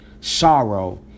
sorrow